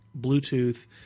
Bluetooth